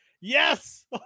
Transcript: yes